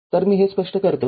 तर मी हे स्पष्ट करतो